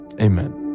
Amen